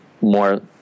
more